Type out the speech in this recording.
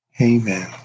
Amen